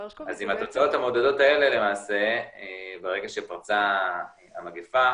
עם התוצאות המעודדות האלה, ברגע שפרצה המגפה